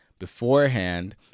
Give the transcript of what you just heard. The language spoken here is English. beforehand